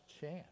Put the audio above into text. chance